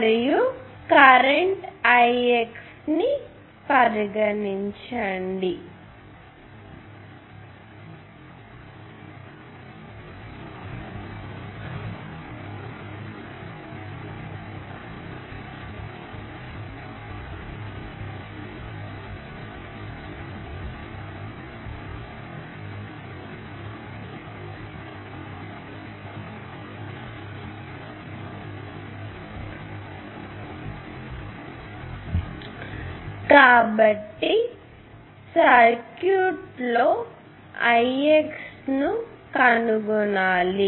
మరియు current Ix అని పరిగణించండి కాబట్టి ఈ సర్క్యూట్లో Ix ను కనుగొనాలి